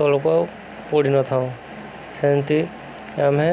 ତଳକୁ ପଡ଼ିନଥାଉ ସେମିତି ଆମେ